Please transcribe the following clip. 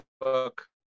book